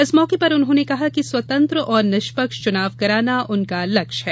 इस मौके पर उन्होंने कहा कि स्वतंत्र और निष्पक्ष चुनाव कराना उनका लक्ष्य है